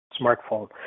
smartphone